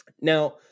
Now